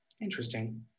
Interesting